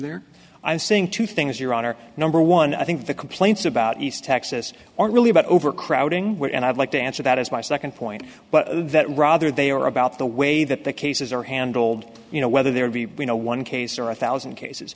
there i'm saying two things your honor number one i think the complaints about east texas are really about overcrowding and i'd like to answer that as my second point but that rather they are about the way that the cases are handled you know whether there'd be no one case or a thousand cases